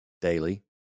Daily